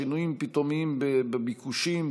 שינויים פתאומיים בביקושים,